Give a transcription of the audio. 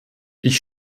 ich